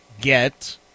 get